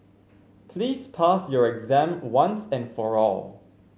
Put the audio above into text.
please pass your exam once and for all